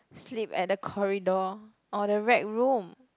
sleep at the corridor or the rec room